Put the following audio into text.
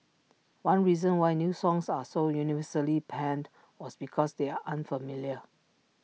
one reason why new songs are so universally panned was because they are unfamiliar